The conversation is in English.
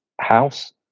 house